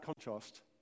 contrast